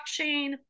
blockchain